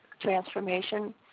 transformation